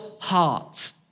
heart